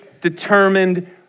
determined